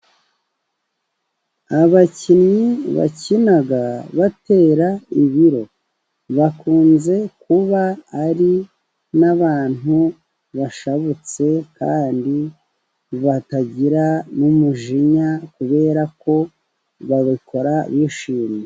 Ni abakinnyi bakina batera ibiro, bakunze kuba ari n'abantu bashabutse, kandi batagira n'umujinya kubera ko babikora bishimye.